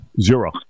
Zero